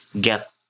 get